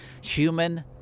human